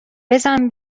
بزن